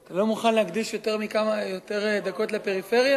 אתה לא מוכן להקדיש יותר דקות לפריפריה?